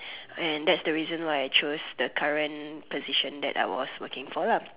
and that's the reason why I chose the current position that I was working for lah